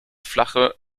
flache